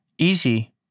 easy